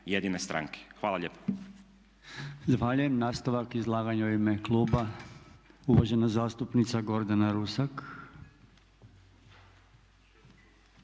Hvala lijepa.